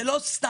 זה לא סתם.